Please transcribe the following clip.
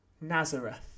Nazareth